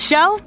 show